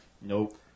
Nope